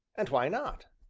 and why not?